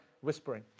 whispering